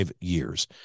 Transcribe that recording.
years